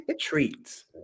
treats